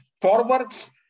forwards